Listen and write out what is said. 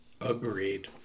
Agreed